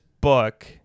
book